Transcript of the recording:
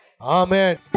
Amen